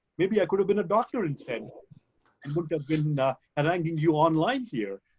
maybe i could have been a doctor instead would have been ah and arranging you online here.